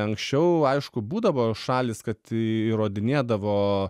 anksčiau aišku būdavo šalys kad įrodinėdavo